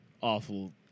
awful